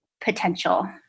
potential